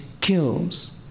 kills